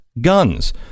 guns